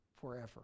forever